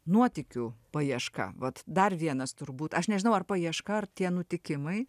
nuotykių paieška vat dar vienas turbūt aš nežinau ar paieška ar tie nutikimai